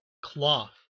cloth